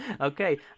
Okay